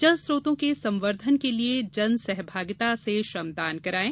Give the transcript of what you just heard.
जल स्रोतों के संवर्धन के लिये जन सहभागिता से श्रमदान करायें